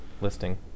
listing